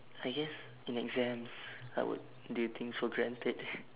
I guess in exams I would do things for granted